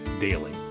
Daily